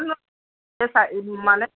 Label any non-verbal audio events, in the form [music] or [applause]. [unintelligible]